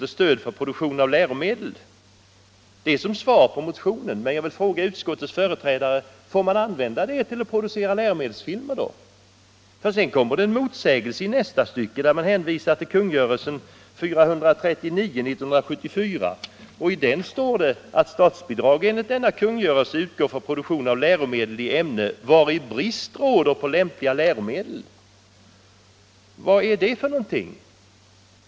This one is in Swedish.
till Stöd för produktion av läromedel.” Det är som svar på motionen, men jag vill fråga utskottets företrädare: Får man använda det till att producera läromedelsfilmer? För sedan kommer en motsägelse i nästa stycke där man hänvisar till kungörelsen 1974:439. I den står: ”Statsbidrag enligt denna kungörelse utgår för produktion av läromedel i ämne vari brist råder på lämpliga läromedel”. Vad är det för någonting?